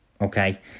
Okay